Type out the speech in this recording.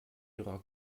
ihrer